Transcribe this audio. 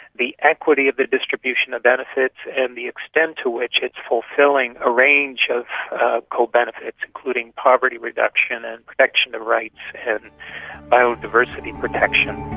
the equity of the distribution of benefits, and the extent to which it is fulfilling a range of co-benefits, including poverty reduction and protection of rights and biodiversity protection.